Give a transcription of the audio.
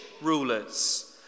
rulers